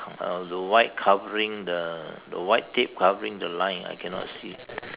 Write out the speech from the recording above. uh the white covering the the white tape covering the line I cannot see